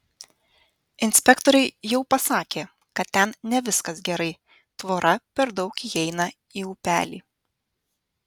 inspektoriai jau pasakė kad ten ne viskas gerai tvora per daug įeina į upelį